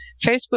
Facebook